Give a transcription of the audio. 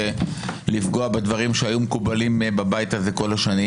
לפגוע בדברים שהיו מקובלים בבית הזה כל השנים?